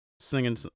singing